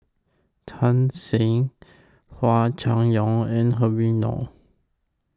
Tan Shen Hua Chai Yong and Habib Noh